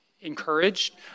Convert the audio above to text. encouraged